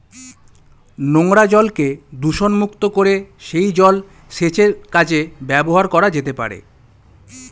নোংরা জলকে দূষণমুক্ত করে সেই জল সেচের কাজে ব্যবহার করা যেতে পারে